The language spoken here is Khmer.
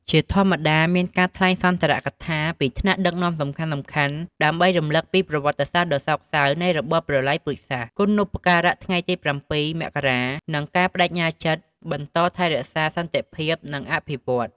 ជាធម្មតា មានការថ្លែងសុន្ទរកថាពីថ្នាក់ដឹកនាំសំខាន់ៗ ដើម្បីរំឭកពីប្រវត្តិសាស្ត្រដ៏សោកសៅនៃរបបប្រល័យពូជសាសន៍ គុណូបការៈនៃថ្ងៃ៧ មករា និងការប្ដេជ្ញាចិត្តបន្តថែរក្សាសន្តិភាពនិងការអភិវឌ្ឍន៍។